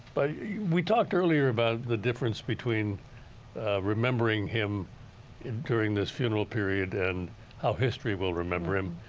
but we talked earlier about the difference between remembering him him during this funeral period and how history will remember him.